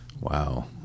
wow